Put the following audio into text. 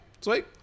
sweet